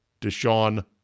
Deshaun